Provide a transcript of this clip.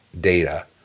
data